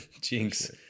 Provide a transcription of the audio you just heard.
Jinx